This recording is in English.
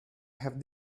have